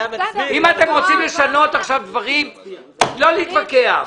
אם אתם רוצים לשנות עכשיו דברים, לא להתווכח.